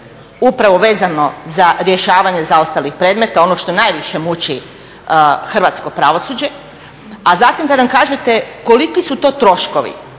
upravo vezano za rješavanje zaostalih predmeta, onog što najviše muči hrvatsko pravosuđe, a zatim da nam kažete koliki su to troškovi